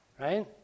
right